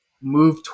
move